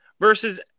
versus